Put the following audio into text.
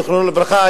זיכרונו לברכה,